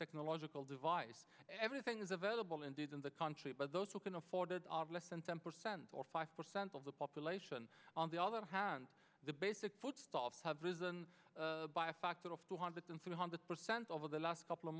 technological device everything is available in these in the country but those who can afford it less than ten percent or five percent of the population on the other hand the basic footfall have risen by a factor of two hundred and three hundred percent over the last couple of